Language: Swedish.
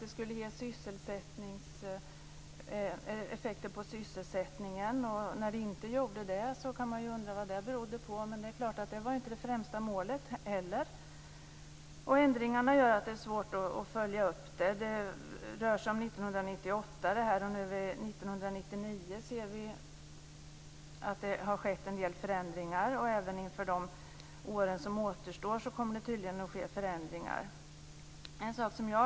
De skulle ge effekter på sysselsättningen, och man kan undra vad det berodde på att de inte gjorde det. Men det är klart att det inte var det främsta målet. Ändringarna gör att det är svårt att följa upp det. Detta rör sig om 1998. Vi ser att det har skett en del förändringar för 1999. Det kommer tydligen också att ske förändringar under de år som återstår.